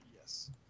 Yes